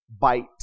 bite